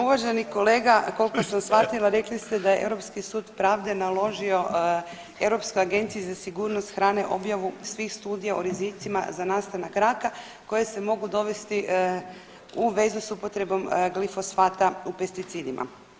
Uvaženi kolega koliko sam shvatila rekli ste da je Europski sud pravde naložio Europskoj agenciji za sigurnost hrane objavu svih studija o rizicima za nastanak raka koje se mogu dovesti u vezu s upotrebom glifosfata u pesticidima.